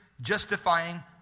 justifying